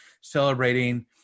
celebrating